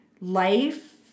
life